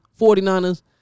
49ers